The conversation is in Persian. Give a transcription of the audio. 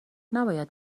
نباید